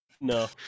No